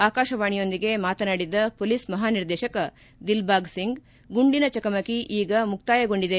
ಆಕಾಶವಾಣಿಯೊಂದಿಗೆ ಮಾತನಾಡಿದ ಪೊಲೀಸ್ ಮಹಾನಿರ್ದೇಶಕ ದಿಲ್ ಬಾಗ್ ಸಿಂಗ್ ಗುಂಡಿನ ಚಕಮಕಿ ಈಗ ಮುಕ್ತಾಯಗೊಂಡಿದೆ